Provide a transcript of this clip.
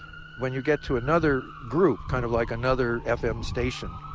when you get to another group, kind of like another fm station,